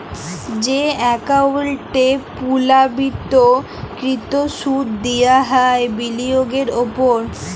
যে একাউল্টে পুর্লাবৃত্ত কৃত সুদ দিয়া হ্যয় বিলিয়গের উপর